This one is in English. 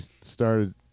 started